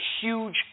huge